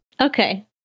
Okay